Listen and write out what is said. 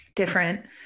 different